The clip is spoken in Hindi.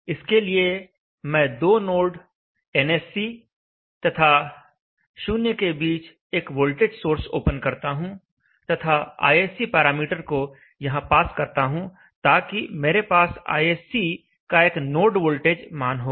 इसके लिए मैं दो नोड nsc तथा 0 के बीच एक वोल्टेज सोर्स ओपन करता हूं तथा ISC पैरामीटर को यहां पास करता हूं ताकि मेरे पास ISC का एक नोड वोल्टेज मान होगा